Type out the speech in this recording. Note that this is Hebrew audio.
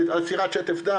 לעצירת שטף דם,